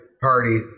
party